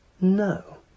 no